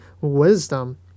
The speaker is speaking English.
wisdom